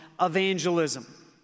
evangelism